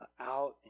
out